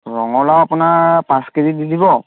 ৰঙালাও আপোনাৰ পাঁচ কেজি দি দিব